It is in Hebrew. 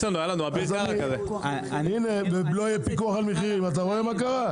היה פיקוח על מחירים ואתה רואה מה קרה.